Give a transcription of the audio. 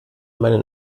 meinen